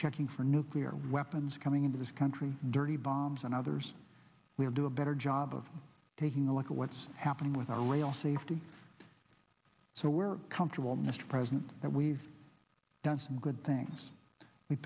checking for nuclear weapons coming into this country dirty bombs and others we'll do a better job of taking a look at what's happening with our rail safety so we're comfortable mr president that we've done some good things we